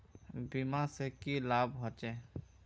बीमा से की लाभ होचे?